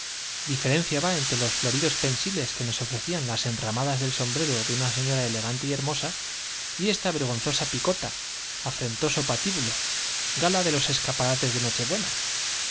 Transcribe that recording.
diferencia va entre los floridos pen siles que nos ofrecían las enramadas del sombrero de una señora elagante y hermosa y esta vergonzosa picota afrentoso patíbulo gala de los escaparates de